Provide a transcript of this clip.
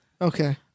Okay